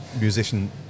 musician